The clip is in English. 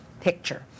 picture